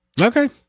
Okay